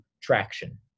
traction